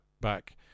back